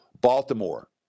Baltimore